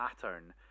pattern